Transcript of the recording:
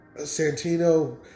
Santino